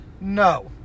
No